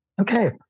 Okay